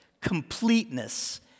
completeness